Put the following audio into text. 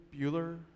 Bueller